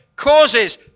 causes